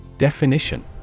Definition